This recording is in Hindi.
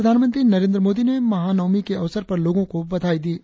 प्रधानमंत्री नरेंद्र मोदी ने महानवमी के अवसर पर लोगो को बधाई दी है